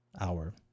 hour